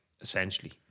essentially